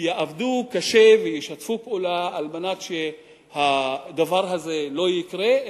יעבדו קשה וישתפו פעולה על מנת שהדבר הזה לא יקרה,